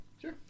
Sure